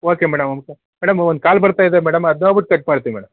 okay madam madam ಒಂದು call ಬರ್ತಾ ಇದೆ ಮೇಡಮ್ ಅದು ನೋಡ್ಬಿಟ್ ಕಟ್ ಮಾಡ್ತೀನಿ ಮೇಡಮ್